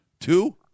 Two